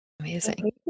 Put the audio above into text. amazing